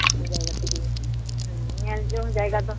ᱟᱛᱳ ᱡᱟᱭᱜᱟ ᱛᱮᱜᱮ ᱦᱮᱸ ᱧᱮᱞᱡᱚᱝ ᱡᱟᱭᱜᱟ ᱫᱚ